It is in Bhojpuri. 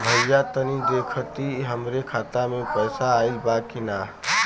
भईया तनि देखती हमरे खाता मे पैसा आईल बा की ना?